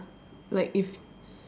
like if